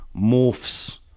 morphs